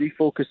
refocus